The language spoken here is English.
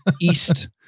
East